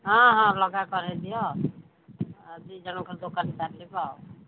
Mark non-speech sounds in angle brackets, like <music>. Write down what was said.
ହଁ ହଁ <unintelligible> କରେଇଦିଅ ଦୁଇଜଣଙ୍କ ଦୋକାନ ଚାଲିବ